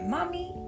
Mommy